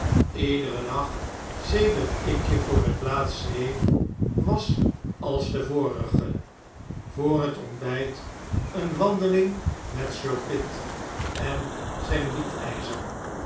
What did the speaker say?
iederen dag sedert ik e voor het laatst schreef was als den vorige voor het ontbijt een wandeling met sir pitt en zijn